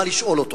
מה לשאול אותו,